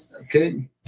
Okay